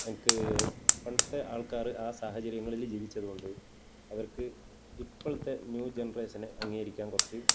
എനിക്ക് പണ്ടത്തെ ആൾക്കാർ ആ സാഹചര്യങ്ങളില് ജീവിച്ചതുകൊണ്ട് അവർക്ക് ഇപ്പോഴത്തെ ന്യൂ ജനറേഷനെ അംഗീകരിക്കാൻ കുറച്ച്